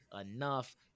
enough